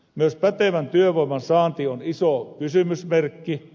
myös pätevän työvoiman saanti on iso kysymysmerkki